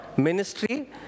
Ministry